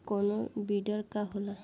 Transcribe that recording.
कोनो बिडर का होला?